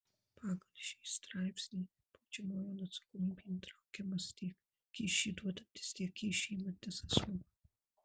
pagal šį straipsnį baudžiamojon atsakomybėn traukiamas tiek kyšį duodantis tiek kyšį imantis asmuo